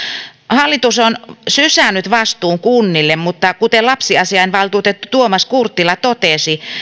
hallitus on sysännyt vastuun kunnille mutta kuten lapsiasiainvaltuutettu tuomas kurttila totesi